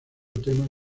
temas